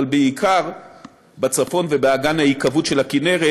אבל בעיקר בצפון ובאגן ההיקוות של הכינרת,